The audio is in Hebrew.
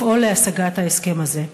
לפעול להשגת ההסכם הזה.